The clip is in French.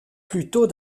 plutôt